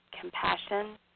compassion